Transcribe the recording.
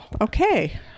okay